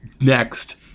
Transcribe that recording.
next